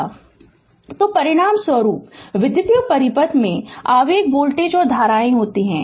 Refer Slide Time 0429 तो परिणामस्वरूप विद्युत परिपथ में आवेग वोल्टेज और धाराएँ होती हैं